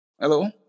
Hello